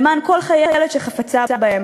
למען כל חיילת שחפצה בהם,